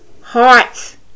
hearts